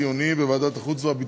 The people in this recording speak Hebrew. בוועדת החוץ והביטחון,